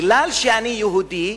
מכיוון שאני יהודי,